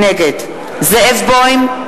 נגד זאב בוים,